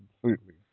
completely